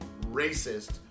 racist